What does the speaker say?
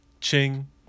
Ching